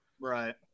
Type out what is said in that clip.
Right